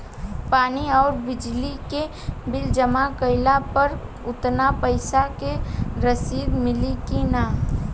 पानी आउरबिजली के बिल जमा कईला पर उतना पईसा के रसिद मिली की न?